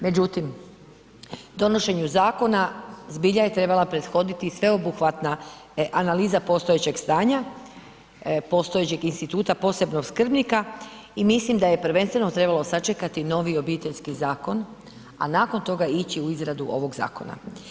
Međutim, donošenju zakona zbilja je treba prethoditi sveobuhvatna analiza postojećeg stanja, postojećeg instituta posebnog skrbnika i mislim da je prvenstveno trebalo sačekati novi Obiteljski zakon, a nakon toga ići u izradu ovog zakona.